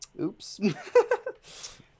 oops